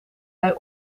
hij